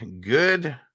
Good